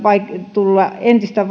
tulla entistä